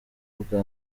bwa